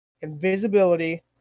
invisibility